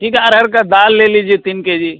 ठीक है अरहर की दाल ले लीजिएगा तीन के जी